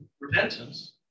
repentance